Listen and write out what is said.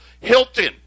Hilton